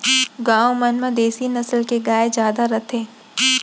गॉँव मन म देसी नसल के गाय जादा रथे